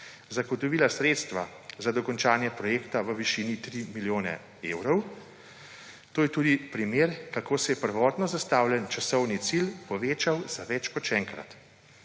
zagotovila sredstva za dokončanje projekta v višini 3 milijone evrov. To je tudi primer, kako se je prvotno zastavljen časovni cilj povečal za več kot še enkrat.